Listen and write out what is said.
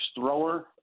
thrower